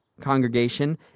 congregation